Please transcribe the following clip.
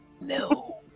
No